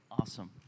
Awesome